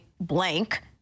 blank